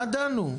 במה דנו,